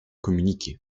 communiquer